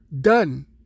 done